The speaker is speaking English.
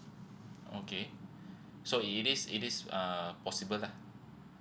okay so it it is it is uh possible lah